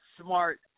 smart